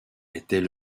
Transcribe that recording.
était